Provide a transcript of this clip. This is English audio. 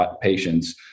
patients